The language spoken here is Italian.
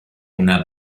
una